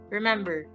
Remember